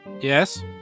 Yes